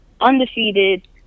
undefeated